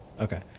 okay